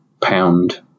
pound